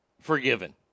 forgiven